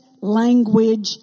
language